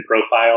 profile